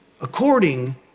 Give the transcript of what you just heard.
according